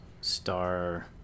star